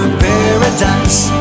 paradise